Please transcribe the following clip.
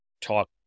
talk